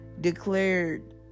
declared